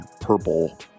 purple